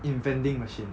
in vending machine